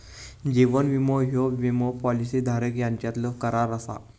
जीवन विमो ह्यो विमो पॉलिसी धारक यांच्यातलो करार असा